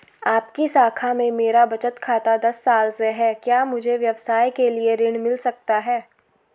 आपकी शाखा में मेरा बचत खाता दस साल से है क्या मुझे व्यवसाय के लिए ऋण मिल सकता है?